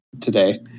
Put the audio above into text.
today